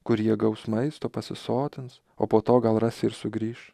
kur jie gaus maisto pasisotins o po to gal ras ir sugrįš